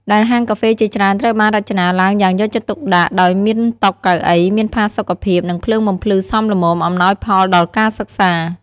ដែលហាងកាហ្វេជាច្រើនត្រូវបានរចនាឡើងយ៉ាងយកចិត្តទុកដាក់ ដោយមានតុ កៅអីមានផាសុកភាព និងភ្លើងបំភ្លឺសមល្មមអំណោយផលដល់ការសិក្សា។